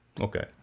Okay